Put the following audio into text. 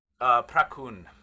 Prakun